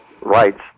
rights